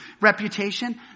reputation